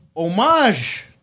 homage